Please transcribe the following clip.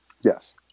Yes